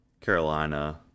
Carolina